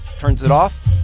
turns it off.